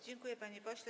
Dziękuję, panie pośle.